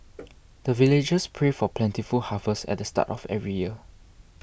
the villagers pray for plentiful harvest at the start of every year